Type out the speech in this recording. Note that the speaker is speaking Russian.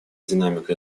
динамика